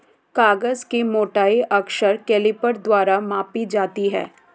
कागज की मोटाई अक्सर कैलीपर द्वारा मापी जाती है